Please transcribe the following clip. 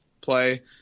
play